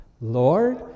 Lord